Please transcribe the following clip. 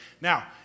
now